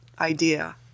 idea